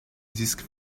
disques